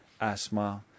asthma